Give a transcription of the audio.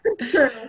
True